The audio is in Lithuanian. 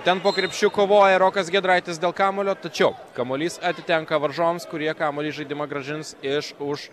ten po krepšiu kovoja rokas giedraitis dėl kamuolio tačiau kamuolys atitenka varžovams kurie kamuolį į žaidimą grąžins iš už